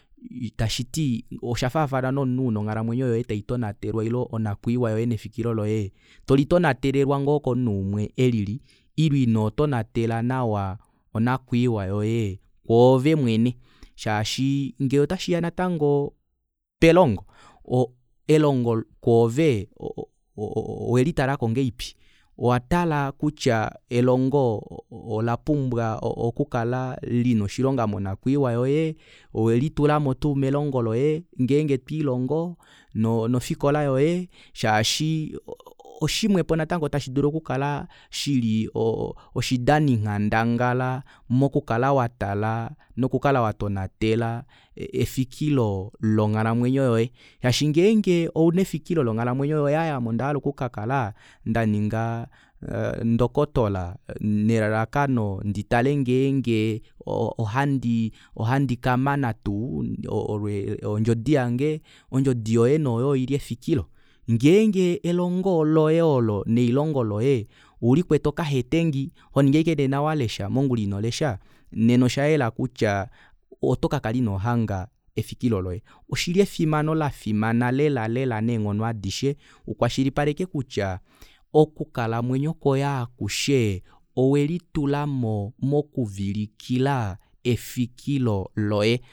Tashiti oshaafana nomunhu una onghalamwenyo yoye taitonatelwa ile onakwiiwa yoye nefikilo loye toli tonatelelwa ngoo komunhu umwe elili ile ino tonatela nawa onakwiiwa yoye kwoove mwene shaashi ngee otashiya natango pelongo elongo kwoove o- o- o owelitalako ngahelipi owatala utya elongo olapumbwa okukala lina oshilonga monakwiiwa yoye owelitulamo tuu melongo loye ngeenge twiilongo nofikola yoye shaashi oshimwepo natango tashi dulu okukala shili oo oshidani nghandangala mokukala watala noku kala watonatela efikolo longhalamwenyo yoye shaashi ngeenge ouna efikilo longhalamwenyo yoye aaye ame ondahala okukakala ndaninga ndokotola nelalakano nditale ngeenge ohandi ohandi kamana tuu ondjodi yange ondjodi yoye nee oyo ili efikilo ngenge elongo loye nelihongo loye oulikwete okahetengi honingi ashike nena walesha mongula inolesha nena oshayela kutya otokakala inohanga efikilo loye oshili efimano lafimana lela lela neenghono adishe ukwashilipaleke kutya okukala mwenyo kwoye akushe owelitulamo mokuvilikila efikilo loye